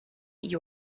you